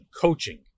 coaching